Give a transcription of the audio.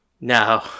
No